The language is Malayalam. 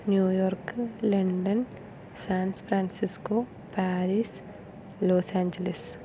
New York London San Francisco Paris Los Angeles